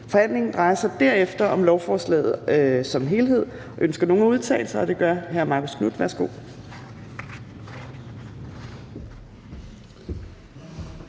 Forhandlingen drejer sig derefter om lovforslaget som helhed. Ønsker nogen at udtale sig? Det gør hr. Marcus Knuth.